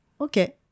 okay